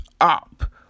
up